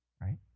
Right